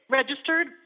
registered